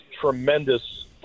tremendous